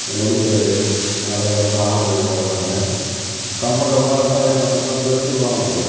இந்த நொடிக்கிறது இந்த நடக்கிறப்ப ஆடுறது அதெல்லாம் இல்லை கம்ஃபர்டபிலாக இருக்குது அதே சமயத்தில் ஃப்ளெக்ஸிபலாகவும் இருக்குது